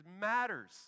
matters